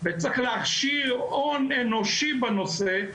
וצריך להכשיר הון אנושי בנושא,